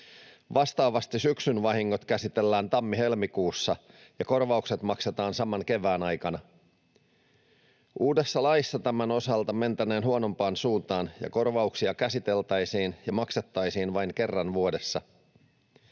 Vastaavasti syksyn vahingot käsitellään tammi—helmikuussa ja korvaukset maksetaan saman kevään aikana. Uudessa laissa tämän osalta mentäneen huonompaan suuntaan ja korvauksia käsiteltäisiin ja maksettaisiin vain kerran vuodessa.